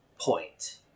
point